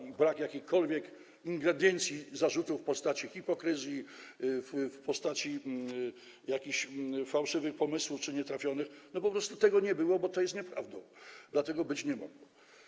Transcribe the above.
I brak jakiejkolwiek ingrediencji zarzutów w postaci hipokryzji, w postaci jakichś fałszywych czy nietrafionych pomysłów, po prostu tego nie było, bo to jest nieprawdą, dlatego być nie mogło.